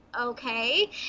Okay